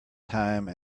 time